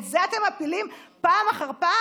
את זה אתם מפילים פעם אחר פעם?